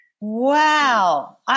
Wow